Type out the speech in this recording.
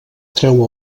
treu